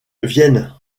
vienne